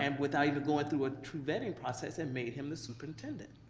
and without even going through a true vetting process, and made him the superintendent.